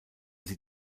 sie